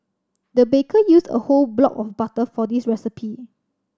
the baker used a whole block of butter for this recipe